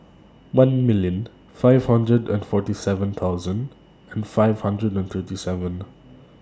one million five hundred and forty seven thousand and five hundred and thirty seven